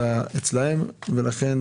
מי בעד הרוויזיה על פניות מספר 15 עד 17?